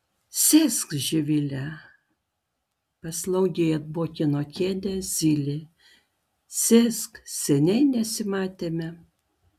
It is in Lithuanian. sėsk živile paslaugiai atbogino kėdę zylė sėsk seniai nesimatėme